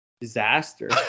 disaster